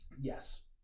Yes